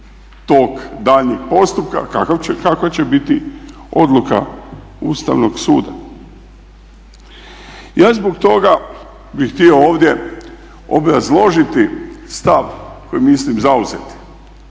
tok daljnjeg postupka, kakva će biti odluka Ustavnog suda. Ja zbog toga bih htio ovdje obrazložiti stav koji mislim zauzeti,